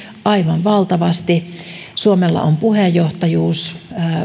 aivan valtavasti suomella on puheenjohtajuus